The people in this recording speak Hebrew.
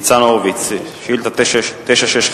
ניצן הורוביץ, שאילתא מס' 965: